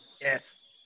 yes